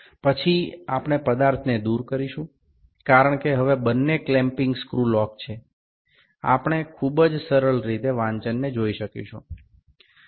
પછી આપણે પદાર્થને દુર કરીશું કારણ કે હવે બંને કેમ્પિંગ સ્ક્રુ લોક છે આપણે ખુબ જ સરળ રીતે વાંચનને જોઈ શકીશું